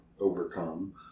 overcome